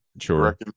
Sure